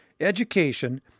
education